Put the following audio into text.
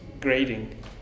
grading